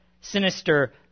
sinister